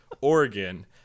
Oregon